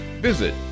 Visit